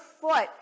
foot